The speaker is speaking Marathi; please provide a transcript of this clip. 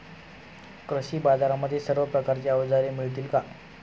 कृषी बाजारांमध्ये सर्व प्रकारची अवजारे मिळतील का?